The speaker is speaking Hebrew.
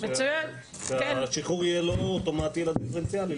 שהשחרור יהיה לא אוטומטי אלא דיפרנציאלי.